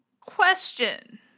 Question